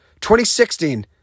2016